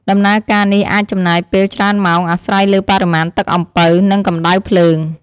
ដំណើរការនេះអាចចំណាយពេលច្រើនម៉ោង អាស្រ័យលើបរិមាណទឹកអំពៅ និងកម្ដៅភ្លើង។